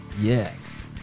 Yes